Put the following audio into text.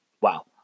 Wow